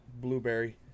blueberry